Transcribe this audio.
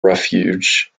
refuge